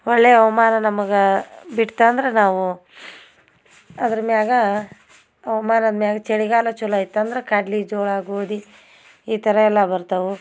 ಒಳ್ಳೆಯ ಹವ್ಮಾನ ನಮಗೆ ಬಿಡ್ತು ಅಂದ್ರೆ ನಾವು ಅದ್ರ ಮ್ಯಾಲ ಹವ್ಮಾನದ್ ಮ್ಯಾಲ್ ಚಳಿಗಾಲ ಚಲೋ ಆಯ್ತಂದ್ರೆ ಕಡ್ಲೆ ಜೋಳ ಗೋಧಿ ಈ ಥರಯೆಲ್ಲ ಬರ್ತವೆ